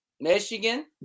michigan